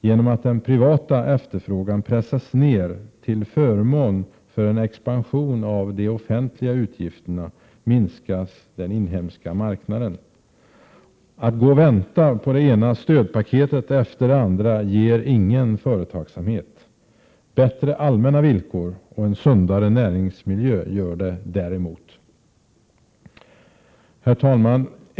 Genom att den privata efterfrågan pressas ned till förmån för en expansion av de offentliga utgifterna minskas den inhemska marknaden. Att gå och vänta på det ena stödpaketet efter det andra ger ingen företagsamhet. Det gör däremot bättre allmänna villkor och en sundare näringsmiljö. Herr talman!